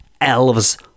elves